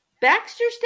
Baxter's